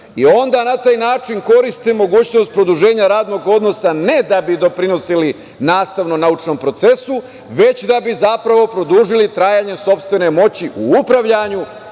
i onda na taj način koriste mogućnost produženja radnog odnosa, ne da bi doprinosili nastavno-naučnom procesu, već da bi zapravo produžili trajanje sopstvene moći u upravljanju,